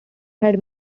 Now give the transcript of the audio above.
had